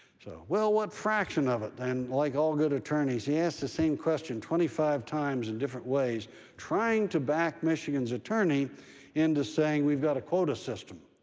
well, what fraction of it? and like all good attorneys, he asked the same question twenty five times in different ways trying to back michigan's attorney into saying we've got a quota system,